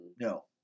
No